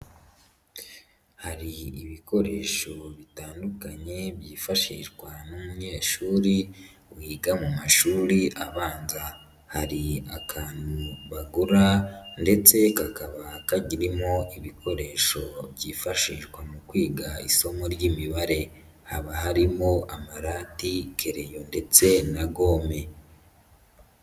Hari ibikoresho bitandukanye byifashishwa n'umunyeshuri wiga mu mashuri abanza; hari akantu bagura ndetse kakaba kagirimo ibikoresho byifashishwa mu kwiga isomo ry'imibare, haba harimo amarati, kereyo ndetse na gome.